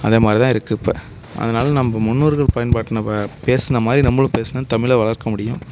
அதேமாதிரி தான் இருக்குது இப்போ அதனால் நம்ம முன்னோர்கள் பயன்படுத்தின ப பேசின மாதிரி நம்மளும் பேசினா தமிழ்ல வளர்க்க முடியும்